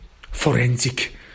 forensic